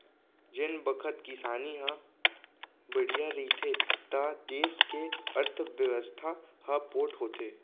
जेन बखत किसानी ह बड़िहा रहिथे त देस के अर्थबेवस्था ह पोठ होथे